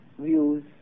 views